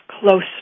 close